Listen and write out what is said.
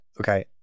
okay